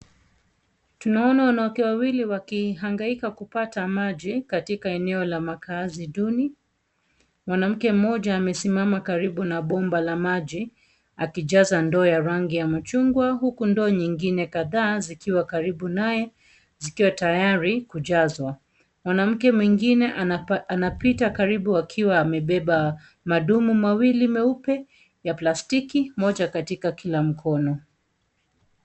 Tunawaona wanawake wawili wakihangaika kupata maji katika eneo la makaazi duni, mwanamke mmoja amesimama karibu na bomba la maji, akijaza ndoo ya rangi ya machungwa huku ndoo nyingine kadhaa zikiwa karibu naye, zikiwa tayari kujazwa, mwanamke mwingine anapita karibu akiwa amebeba, madumu mawili meupe, ya plastiki moja katika kila mkono.